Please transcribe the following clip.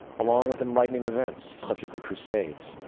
along with enlightening events such as the crusades,